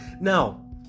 Now